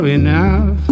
enough